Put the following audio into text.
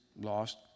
lost